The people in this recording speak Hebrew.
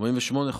התשי"ב 1952,